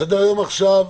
מה על סדר-היום עכשיו?